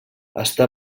està